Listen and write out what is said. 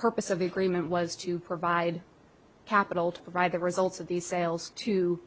purpose of the agreement was to provide capital to provide the results of these sales to